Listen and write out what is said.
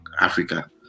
Africa